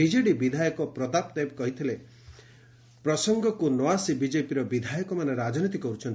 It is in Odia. ବି ବିଧାୟକ ପ୍ରତାପ ଦେବ କହିଥିଲେ ପ୍ରସଙ୍ଗକୁ ନ ଆସି ବିଜେପିର ବିଧାୟକମାନେ ରାଜନୀତି କରୁଛନ୍ତି